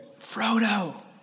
Frodo